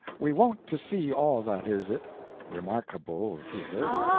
we won't to see all that is it remarquable here.